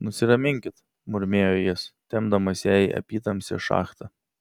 nusiraminkit murmėjo jis tempdamas ją į apytamsę šachtą